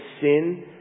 sin